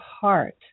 heart